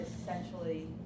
essentially